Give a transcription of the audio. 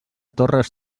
torres